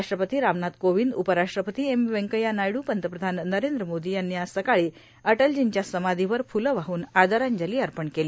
राष्ट्रपती रामनाथ कोविंद उपराष्ट्रपती एम व्यंकथ्या नायडू पंतप्रधान नरेंद्र मोदी यांनी आज सकाळी अटलजींच्या समाधीवर फुल वाहून आदरांजली अर्पण केली